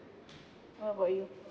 what about you